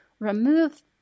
remove